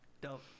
Dope